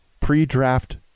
pre-draft